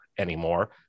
anymore